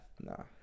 No